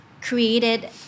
created